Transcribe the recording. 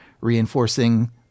reinforcing